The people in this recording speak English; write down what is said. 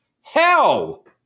Hell